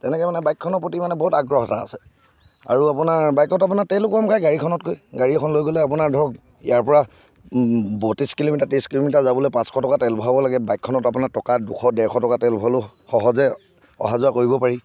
তেনেকৈ মানে বাইকখনৰ প্ৰতি মানে বহুত আগ্ৰহ এটা আছে আৰু আপোনাৰ বাইকত আপোনাৰ তেলো কম খায় গাড়ীখনতকৈ গাড়ী এখন লৈ গ'লে আপোনাৰ ধৰক ইয়াৰ পৰা বত্ৰিছ কিলোমিটাৰ ত্ৰিছ কিলোমিটাৰ যাবলৈ পাঁচশ টকা তেল ভৰাব লাগে বাইকখনত আপোনাৰ টকা দুশ দেৰশ টকা দুশ টকা তেল ভৰালেও সহজে অহা যোৱা কৰিব পাৰি